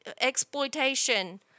exploitation